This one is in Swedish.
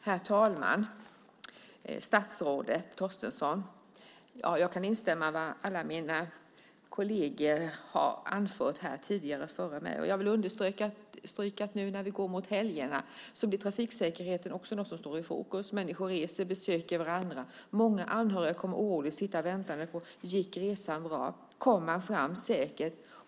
Herr talman! Jag kan instämma i vad alla mina kolleger har anfört här före mig. Jag vill understryka att nu när vi går mot helgerna är trafiksäkerheten också något som står i fokus. Människor reser och besöker varandra. Många anhöriga kommer oroligt att sitta och vänta på besked om resan gick bra, om man kom fram säkert.